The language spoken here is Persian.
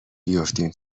بیفتیم